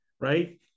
right